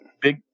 Big